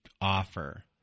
offer